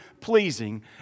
pleasing